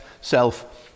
self